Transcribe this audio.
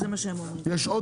יש עוד